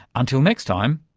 until next time,